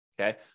Okay